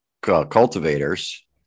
cultivators